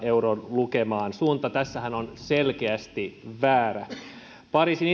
euron lukemaan suuntahan tässä on selkeästi väärä pariisin